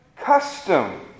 custom